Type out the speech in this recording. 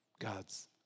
God's